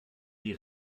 die